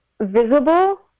visible